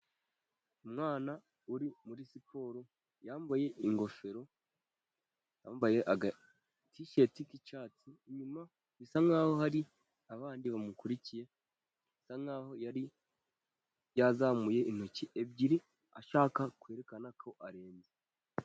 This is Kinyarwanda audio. Umwana uri muri siporo yambaye ingofero, yambaye agatisheti k'icyatsi. Inyuma bisa nkaho hari abandi bamukurikiye, asa nkaho yari yazamuye intoki ebyiri ashaka kwerekana ko arenze.